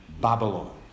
Babylon